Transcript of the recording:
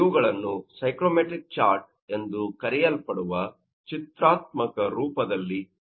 ಇವುಗಳನ್ನು psychometric chart ಎಂದು ಕರೆಯಲ್ಪಡುವ ಚಿತ್ರಾತ್ಮಕ ರೂಪದಲ್ಲಿ ಪ್ರತಿನಿಧಿಸಲಾಗುತ್ತದೆ